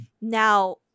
Now